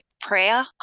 prayer